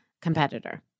competitor